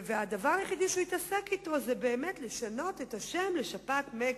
הדבר היחידי שהוא התעסק בו באמת זה לשנות את השם ל"שפעת מקסיקו".